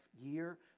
year